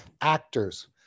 Actors